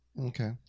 Okay